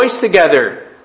together